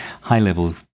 high-level